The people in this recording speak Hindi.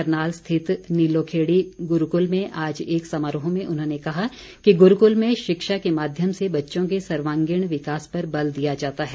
करनाल स्थित नीलोखेड़ी गुरूकुल में आज एक समारोह में उन्होंने कहा कि गुरूकुल में शिक्षा के माध्यम से बच्चों के सर्वांगीण विकास पर बल दिया जाता है